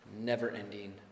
never-ending